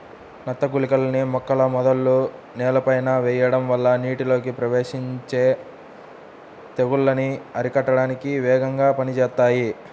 నత్త గుళికలని మొక్కల మొదలు నేలపైన వెయ్యడం వల్ల నీటిలోకి ప్రవేశించి తెగుల్లను అరికట్టడానికి వేగంగా పనిజేత్తాయి